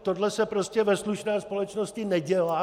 Tohle se prostě se ve slušné společnosti nedělá.